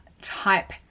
type